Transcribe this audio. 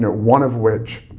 one of which